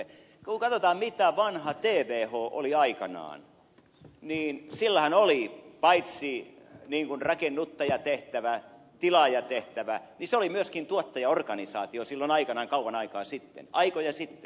kun katsotaan mitä vanha tvh oli aikanaan niin sillähän oli paitsi niin kuin rakennuttajatehtävä tilaajatehtävä niin se oli myöskin tuottajaorganisaatio silloin aikanaan kauan aikaa sitten aikoja sitten